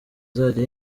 azajya